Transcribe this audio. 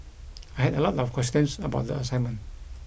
I had a lot of questions about the assignment